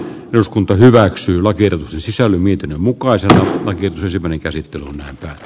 eduskunta hyväksyy lakirev sisälmiden mukaisesta vanki pysyväni käsitteen